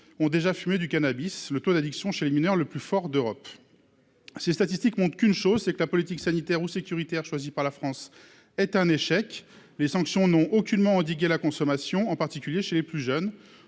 ont déjà fumé du cannabis et le taux d'addiction chez nos mineurs est le plus fort d'Europe. Ces statistiques montrent une chose : la politique sanitaire et sécuritaire choisie par la France est un échec. Les sanctions n'ont aucunement endigué la consommation, en particulier chez les plus jeunes.